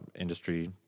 industry